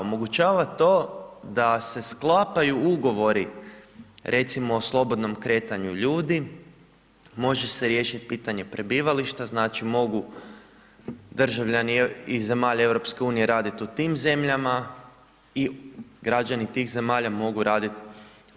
Omogućava to da se sklapaju ugovori, recimo slobodnom kretanju, ljudi, može se riješiti pitanje prebivališta, znači mogu, državljani iz zemalja EU raditi u tim zemljama i građani tih zemalja mogu raditi u EU.